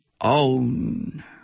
own